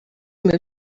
move